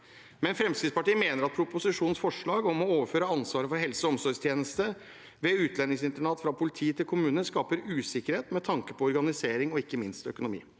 Fremskrittspartiet mener at proposisjonens forslag om å overføre ansvaret for helse- og omsorgstjenester ved utlendingsinternat fra politi til kommune skaper usikkerhet med tanke på organisering og ikke minst økonomi.